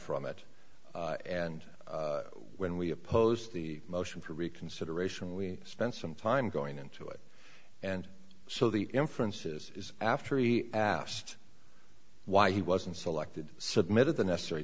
from it and when we opposed the motion for reconsideration we spent some time going into it and so the inference is after he asked why he wasn't selected submitted the necessary